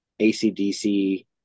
ACDC